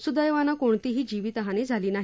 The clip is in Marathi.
सुदैवाने कोणतीही जीवित हानी झाली नाही